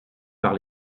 par